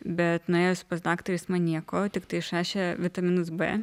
bet nuėjus pas daktarą jis man nieko tiktai išrašė vitaminus b